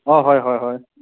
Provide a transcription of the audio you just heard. অঁ হয় হয় হয়